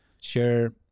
share